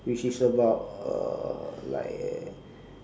which is about uh like